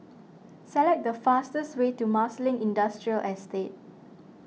select the fastest way to Marsiling Industrial Estate